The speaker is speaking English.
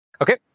okay